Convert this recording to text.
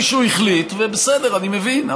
מישהו החליט, ובסדר, אני מבין.